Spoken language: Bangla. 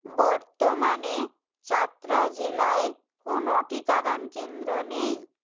বর্তমানে চাতরা জেলায় কোনও টিকাদান কেন্দ্র নেই